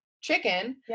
chicken